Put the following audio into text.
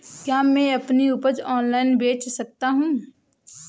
क्या मैं अपनी उपज ऑनलाइन बेच सकता हूँ?